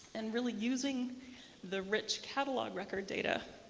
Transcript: and really using the rich catalog record data,